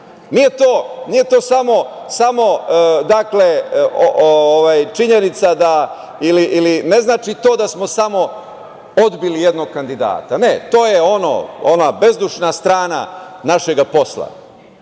Nije to samo činjenica da ili ne znači to da smo samo odbili jednog kandidata. Ne, to je ona bezdušna strana našeg posla.